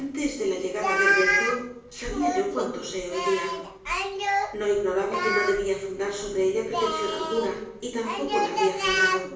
antes de la llegada de alberto sabia yo cuanto sé hoy día no ignoraba que no debía fundar sobre ella pretensión alguna y tampoco la habia fundado